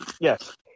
Yes